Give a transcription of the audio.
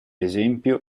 esempio